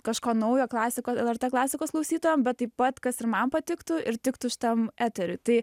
kažko naujo klasiko lrt klasikos klausytojam bet taip pat kas ir man patiktų ir tiktų šitam eteriui tai